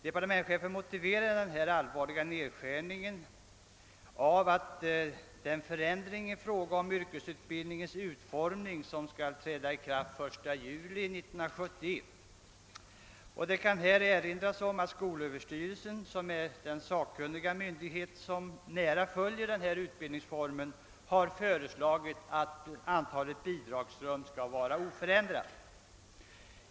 Denna allvarliga nedskärning motiveras enligt departementschefen av den förändring av yrkesutbildningens utformning som skall träda i kraft 1 juli 1971. Det förtjänar här erinras om att skolöverstyrelsen — alltså den sakkunniga myndighet som på nära håll följer denna utbildningsreform — föreslagit att antalet bidragsrum skall vara oförändrat.